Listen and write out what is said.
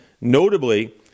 notably